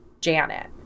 Janet